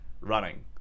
running